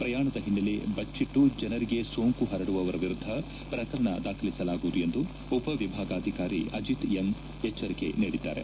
ಪ್ರಯಾಣದ ಹಿನ್ನೆಲೆ ಬಚ್ಚಿಟ್ಟು ಜನರಿಗೆ ಸೋಂಕು ಪರಡುವವರ ವಿರುದ್ದ ಪ್ರಕರಣ ದಾಖಲಿಸಲಾಗುವುದು ಎಂದು ಉಪ ವಿಭಾಗಾಧಿಕಾರಿ ಅಜಿತ್ ಎಂ ಎಚ್ಚರಿಕೆ ನೀಡಿದ್ದಾರೆ